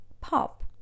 Pop